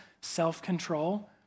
self-control